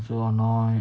so annoying